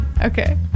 Okay